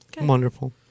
Wonderful